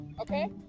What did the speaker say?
Okay